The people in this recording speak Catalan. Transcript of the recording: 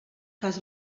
cas